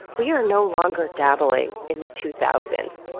we are no longer dabbling in the two thousand